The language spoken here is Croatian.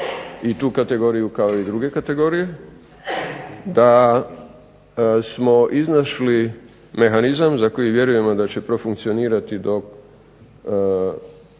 i tu kategoriju kao i druge kategorije, da smo iznašli mehanizam za koji vjerujemo da će profunkcionirati do